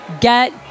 get